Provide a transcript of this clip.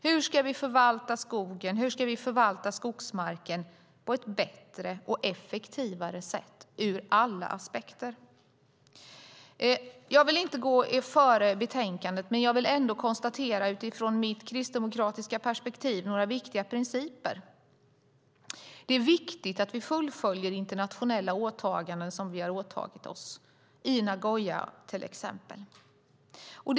Hur ska vi förvalta skogen och hur ska vi förvalta skogsmarken på ett bättre och effektivare sätt ur alla aspekter? Jag vill inte gå betänkandet i förväg, men jag vill ändå konstatera några viktiga principer ur mitt kristdemokratiska perspektiv. Det är viktigt att vi fullföljer de internationella åtaganden som vi har från till exempel Nagoya.